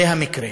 זה המקרה.